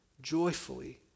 joyfully